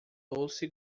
doce